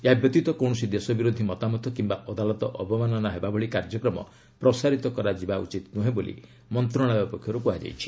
ଏହା ବ୍ୟତୀତ କୌଣସି ଦେଶ ବିରୋଧୀ ମତାମତ କିମ୍ବା ଅଦାଲତ ଅବମାନନା ହେବା ଭଳି କାର୍ଯ୍ୟକ୍ରମ ପ୍ରସାରିତ କରାଯିବା ଉଚିତ୍ ନୁହେଁ ବୋଲି ମନ୍ତ୍ରଣାଳୟ ପକ୍ଷରୁ କୁହାଯାଇଛି